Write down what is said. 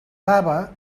baba